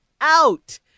out